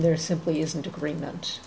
there simply isn't agreement